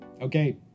Okay